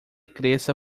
cresça